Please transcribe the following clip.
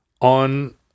on